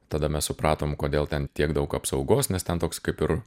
tada mes supratom kodėl ten tiek daug apsaugos nes ten toks kaip ir